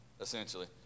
essentially